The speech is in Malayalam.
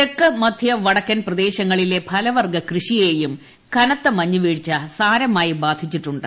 തെക്ക് മധ്യ വടക്കൻ പ്രദേശങ്ങളിലെ ഫലവർഗ്ഗ കൃഷിയേയും കനത്ത മഞ്ഞ് വീഴ്ച സാരമായി ബാധിച്ചിട്ടുണ്ട്